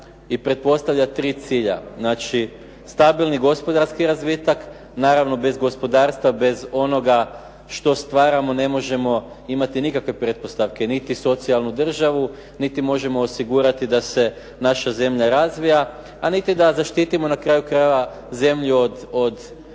i pretpostavlja tri cilja. Znači stabilni gospodarski razvitak, naravno bez gospodarstva, bez onoga što stvaramo ne možemo imati nikakve pretpostavke niti socijalnu državu, niti možemo osigurati da se naša zemlja razvija, a niti da zaštitimo na kraju krajeva zemlju od